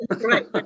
right